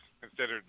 considered